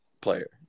player